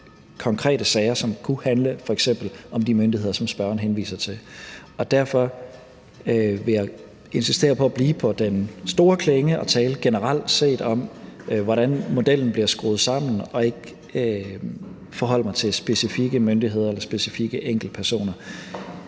konkrete sager, som f.eks. kunne handle om de myndigheder, som spørgeren henviser til. Derfor vil jeg insistere på at blive på den store klinge og tale generelt om, hvordan modellen bliver skruet sammen, og jeg vil ikke forholde mig til specifikke myndigheder eller specifikke enkeltpersoner.